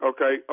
Okay